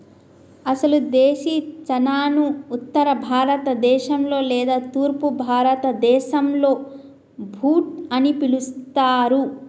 అసలు దేశీ చనాను ఉత్తర భారత దేశంలో లేదా తూర్పు భారతదేసంలో బూట్ అని పిలుస్తారు